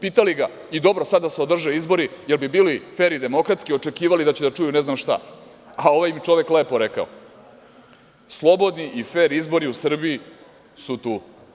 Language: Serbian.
Pitali ga - dobro, sada da se održe izbori, jel bi bili fer i demokratski, očekivali da će da čuju ne znam šta, a ovaj čovek im je lepo rekao – slobodni i fer izbori u Srbiji su tu.